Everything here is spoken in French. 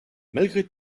malgré